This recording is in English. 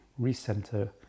recenter